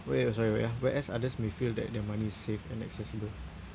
wait sorry wait ah whereas others may feel that their money is safe and accessible